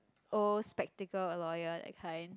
old spectacle lawyer that kind